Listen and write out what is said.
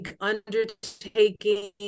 undertaking